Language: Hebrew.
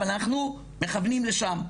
אבל אנחנו מכוונים לשם,